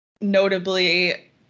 Notably